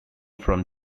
from